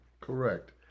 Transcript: correct